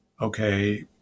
okay